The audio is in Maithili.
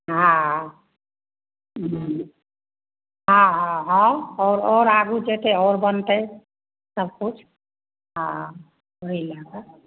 हँ हूँ हँ हँ हँ आओर आओर आगू जेतै आओर बनतै सब किछु हँ ओहि लए कऽ